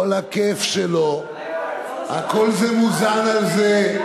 כל הכיף שלו, הכול מוזן מזה.